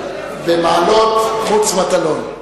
במעלות מוץ מטלון.